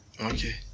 Okay